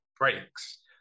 breaks